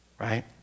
Right